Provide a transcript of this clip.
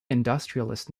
industrialist